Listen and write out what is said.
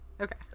okay